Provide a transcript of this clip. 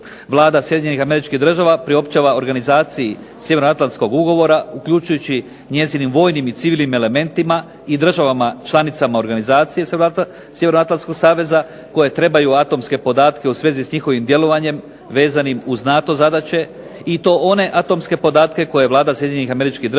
1954. godine. Vlada SAD-a priopćava organizaciji Sjevernoatlantskog ugovora uključujući njezinim vojnim i civilnim elementima i državama članicama organizacije Sjevernoatlantskog saveza koje trebaju atomske podatke u svezi s njihovim djelovanjem vezanim uz NATO zadaće i to one atomske podatke koje je Vlada SAD-a utvrdila